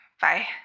Bye